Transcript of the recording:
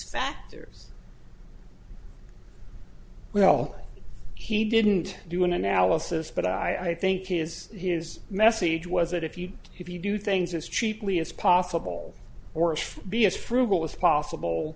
factors well he didn't do an analysis but i think it is his message was that if you if you do things as cheaply as possible or if b s frugal is possible